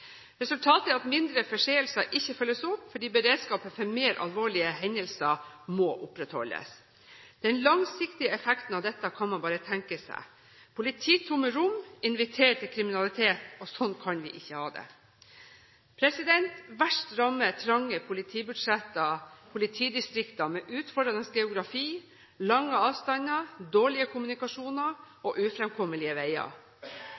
Resultatet er at mindre forseelser ikke følges opp fordi beredskapen for mer alvorlige hendelser må opprettholdes. Den langsiktige effekten av dette kan man bare tenke seg. Polititomme rom inviterer til kriminalitet, og sånn kan vi ikke ha det. Verst rammer trange politibudsjetter politidistrikter med utfordrende geografi, lange avstander, dårlig kommunikasjon og ufremkommelige veier.